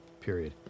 period